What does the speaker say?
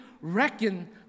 reckon